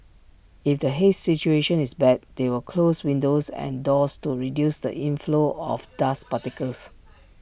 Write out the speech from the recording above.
if the haze situation is bad they will close windows and doors to reduce the inflow of dust particles